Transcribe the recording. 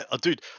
dude